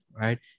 right